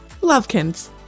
Lovekins